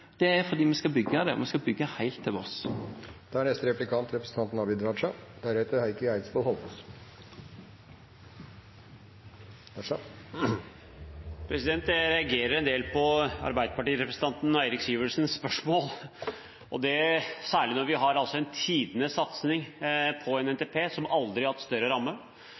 Det er fordi vi skal bygge det, og vi skal bygge helt til Voss. Jeg reagerer en del på Arbeiderparti-representanten Eirik Sivertsens spørsmål, særlig når vi nå altså har tidenes satsing på en NTP, som aldri har hatt større